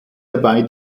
dabei